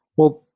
well,